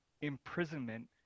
imprisonment